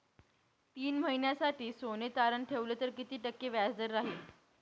तीन महिन्यासाठी सोने तारण ठेवले तर किती टक्के व्याजदर राहिल?